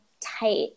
tight